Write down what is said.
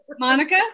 Monica